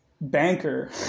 banker